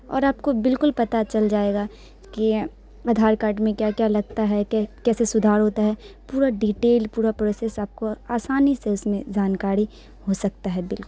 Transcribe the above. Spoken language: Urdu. اور آپ کو بالکل پتہ چل جائے گا کہ آدھار کارڈ میں کیا کیا لگتا ہے کہ کیسے سدھار ہوتا ہے پورا ڈیٹیل پورا پروسس آپ کو آسانی سے اس میں جانکاری ہو سکتا ہے بالکل